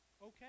Okay